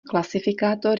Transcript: klasifikátor